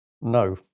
no